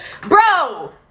Bro